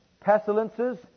pestilences